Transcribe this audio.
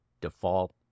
default